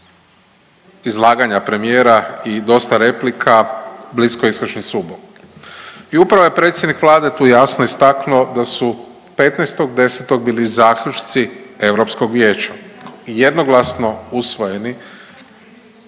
izlaganja premijera i dosta replika, bliskoistočni sukob. I upravo je predsjednik Vlade tu jasno istaknuo da su 15.10. bili zaključci europskog vijeća jednoglasno usvojeni